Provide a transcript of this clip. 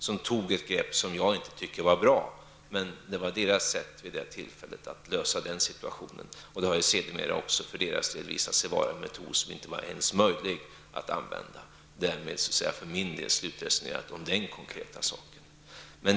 De tog ett grepp som jag inte tycker var bra, men det var deras sätt att vid det tillfället lösa situationen. Det har ju sedermera visat sig vara en metod som inte var möjlig att använda ens för dem. Därmed är det för min del slutresonerat om den konkreta saken.